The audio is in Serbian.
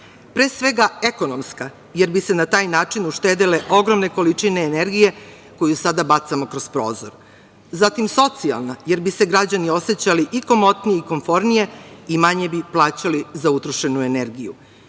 pre svega ekonomska jer bi se na taj način uštedele ogromne količine energije koju sada bacamo kroz prozor, zatim socijalna jer bi se građani osećali i komotnije i komfornije i manje bi plaćali za utrošenu energiju